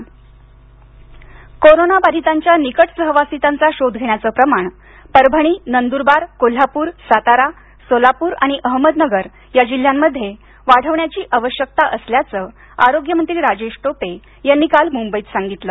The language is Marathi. कॉटॅक्ट ट्रेसिंग कोरोना बाधीतांच्या निकट सहवासितांचा शोध घेण्याचं प्रमाण परभणी नंदूरबार कोल्हापूर सातारा सोलापूर आणि अहमदनगर या जिल्ह्यांमध्ये वाढवण्याची आवश्यकता असल्याचं आरोग्यमंत्री राजेश टोपे यांनी काल मुंबईत सांगितलं